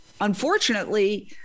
unfortunately